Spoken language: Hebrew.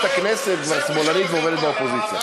הכנסת כבר שמאלנית ועובדת באופוזיציה.